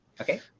Okay